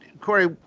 Corey